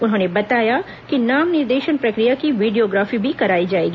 उन्होंने बताया कि नाम निर्देशन प्रक्रिया की वीडियोग्राफी भी कराई जाएगी